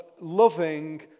loving